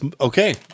okay